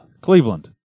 Cleveland